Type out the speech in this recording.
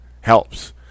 helps